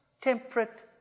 temperate